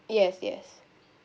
yes yes